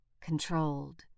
controlled